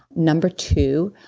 number two,